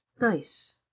Nice